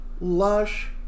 lush